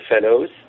fellows